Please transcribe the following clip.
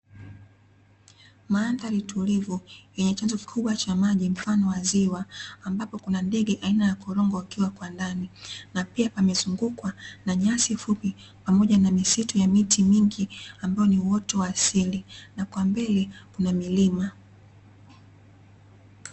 Maandhari tulivu yenye chanzo kikubwa cha maji mfano wa ziwa, ambapo kuna ndege aina ya korongo wakiwa kwa ndani, na pia pamezungukwa na nyasi fupi pamoja na misitu ya miti mingi ambayo ni uoto wa asili, na kwa mbele kuna milima.